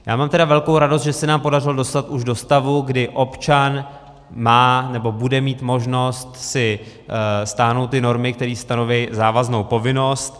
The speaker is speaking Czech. Já mám velkou radost, že se nám podařilo dostat už do stavu, kdy občan má, nebo bude mít možnost si stáhnout ty normy, které stanoví závaznou povinnost.